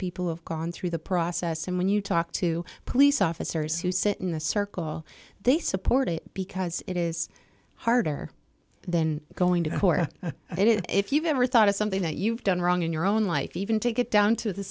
people who have gone through the process and when you talk to police officers who sit in the circle they support it because it is harder then going to go for it if you've ever thought of something that you've done wrong in your own life even take it down to the